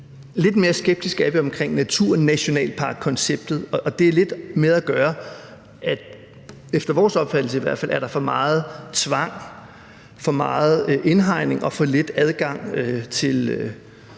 Lidt mere skeptiske er vi omkring naturnationalparkkonceptet, og det har lidt at gøre med, at der i hvert fald efter vores opfattelse er for meget tvang, for meget indhegning og for lidt adgang til